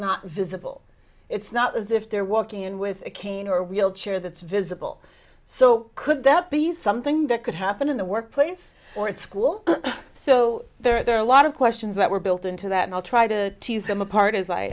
not visible it's not as if they're walking in with a cane or wheelchair that's visible so could that be something that could happen in the workplace or at school so there are a lot of questions that were built into that and i'll try to tease them apart as i